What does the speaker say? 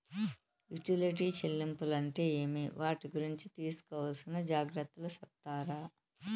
Utility చెల్లింపులు అంటే ఏమి? వాటి గురించి తీసుకోవాల్సిన జాగ్రత్తలు సెప్తారా?